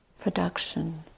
production